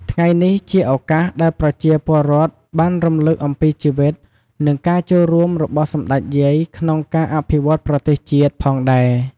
ថ្ងៃនេះជាឱកាសដែលប្រជាពលរដ្ឋបានរំលឹកអំពីជីវិត និងការចូលរួមរបស់សម្តេចយាយក្នុងការអភិវឌ្ឍប្រទេសជាតិផងដែរ។